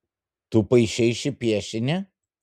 tu paišei šį piešinį